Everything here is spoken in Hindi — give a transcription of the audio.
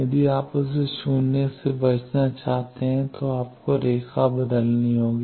यदि आप उसे शून्य से बचना चाहते हैं तो आपको रेखा बदलनी होगी